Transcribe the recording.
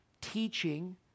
teaching